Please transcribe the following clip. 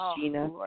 Gina